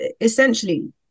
essentially